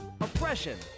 oppression